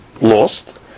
lost